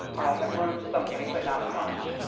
have learned something, but not much.